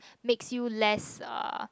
makes you less uh